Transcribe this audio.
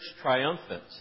triumphant